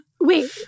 wait